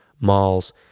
malls